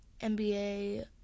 NBA